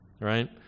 right